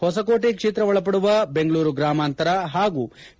ಹೊಸಕೋಟೆ ಕ್ಷೇತ್ರ ಒಳಪಡುವ ಬೆಂಗಳೂರು ಗ್ರಾಮಾಂತರ ಹಾಗೂ ಕೆ